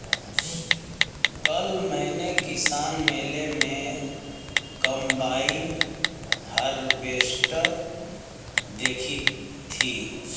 कल मैंने किसान मेले में कम्बाइन हार्वेसटर देखी थी